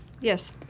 Yes